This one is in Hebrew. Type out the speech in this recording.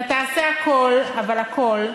אתה תעשה הכול, אבל הכול,